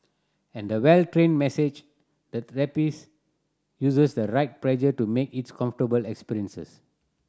and the well trained massage therapist uses the right pressure to make its comfortable experience